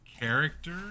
character